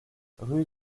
rue